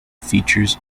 features